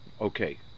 okay